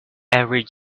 every